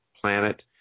planet